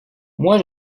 moi